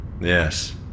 Yes